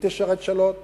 אם תשרת שלוש שנים,